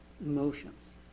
emotions